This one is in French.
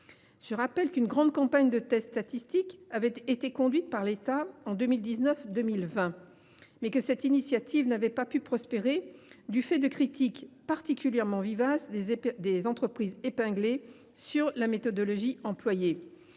Je rappelle qu’une grande campagne de tests statistiques a été conduite par l’État en 2019 2020, mais que cette initiative n’a pas pu prospérer du fait de critiques particulièrement vivaces émises par les entreprises épinglées à l’encontre de la méthodologie employée.